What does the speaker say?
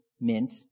mint